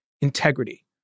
integrity